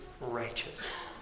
righteous